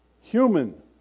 human